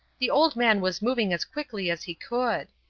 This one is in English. the old man was moving as quickly as he could.